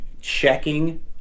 checking